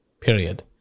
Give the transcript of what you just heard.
period